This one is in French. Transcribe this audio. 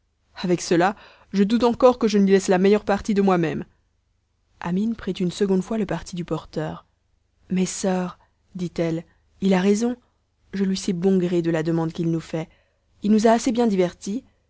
avec cela je doute encore que je n'y laisse la meilleure partie de moi-même amine prit une seconde fois le parti du porteur mes soeurs ditelle il a raison je lui sais bon gré de la demande qu'il nous fait il nous a assez bien diverties